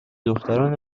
دختران